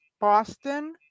Boston